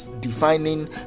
defining